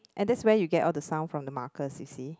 and that's where you get all the sound from the markers you see